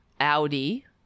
Audi